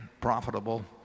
profitable